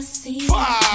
see